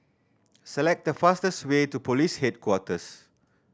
select the fastest way to Police Headquarters